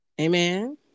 Amen